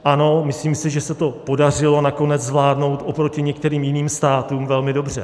Ano, myslím si, že se to podařilo nakonec zvládnout oproti některým jiným státům velmi dobře.